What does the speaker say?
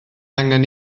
angen